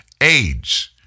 AIDS